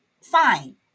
fine